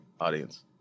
audience